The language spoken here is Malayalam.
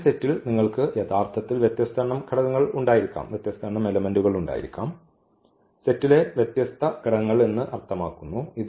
സ്പാനിംഗ് സെറ്റിൽ നിങ്ങൾക്ക് യഥാർത്ഥത്തിൽ വ്യത്യസ്ത എണ്ണം ഘടകങ്ങൾ ഉണ്ടായിരിക്കാം സെറ്റിലെ വ്യത്യസ്ത ഘടകങ്ങൾ എന്ന് ഞാൻ അർത്ഥമാക്കുന്നു